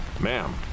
Ma'am